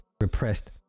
repressed